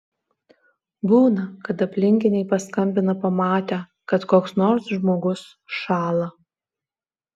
būna kad aplinkiniai paskambina pamatę kad koks nors žmogus šąla